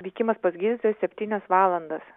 vykimas pas gydytoją septynias valandas